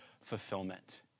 fulfillment